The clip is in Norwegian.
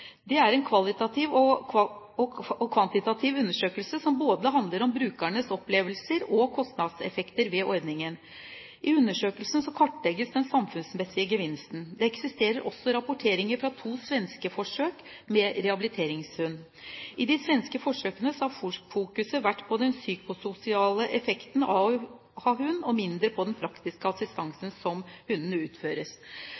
Det er en kvalitativ og kvantitativ undersøkelse som både handler om brukernes opplevelser og om kostnadseffekter ved ordningen. I undersøkelsen kartlegges den samfunnsmessige gevinsten. Det eksisterer også rapportering fra to svenske forsøk med rehabiliteringshund. I de svenske forsøkene har fokus vært på den psykososiale effekten av å ha hund og mindre på den praktiske